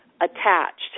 attached